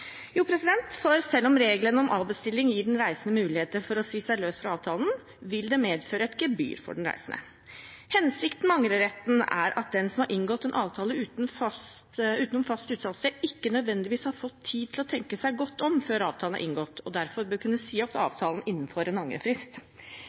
Jo, for selv om regelen om avbestilling gir den reisende muligheter for å si seg løst fra avtalen, vil det medføre et gebyr for den reisende. Hensikten med angreretten er at den som har inngått en avtale utenom fast utsalgssted, ikke nødvendigvis har fått tid til å tenke seg godt om før avtalen er inngått, og derfor bør kunne si opp